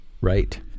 Right